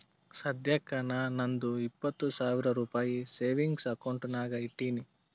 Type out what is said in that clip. ಸದ್ಯಕ್ಕ ನಾ ನಂದು ಇಪ್ಪತ್ ಸಾವಿರ ರುಪಾಯಿ ಸೇವಿಂಗ್ಸ್ ಅಕೌಂಟ್ ನಾಗ್ ಇಟ್ಟೀನಿ